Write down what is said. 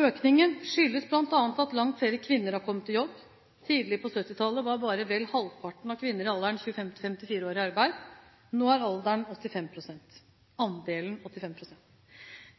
Økningen skyldes bl.a. at langt flere kvinner har kommet i jobb. Tidlig på 1970-tallet var bare vel halvparten av kvinnene i alderen 25–54 år i arbeid. Nå er andelen 85 pst.